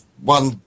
one